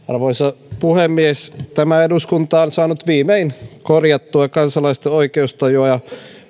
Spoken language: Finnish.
arvoisa puhemies tämä eduskunta on saanut viimein korjattua kansalaisten oikeustajua ja